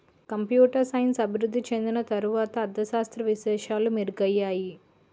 computer science అభివృద్ధి చెందిన తర్వాత అర్ధ శాస్త్ర విశేషాలు మెరుగయ్యాయి